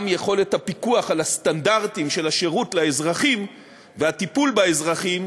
גם יכולת הפיקוח על הסטנדרטים של השירות לאזרחים והטיפול באזרחים,